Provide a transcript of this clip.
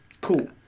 Cool